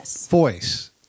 voice